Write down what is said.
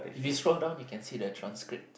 if you scroll down you can see the transcript